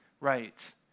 right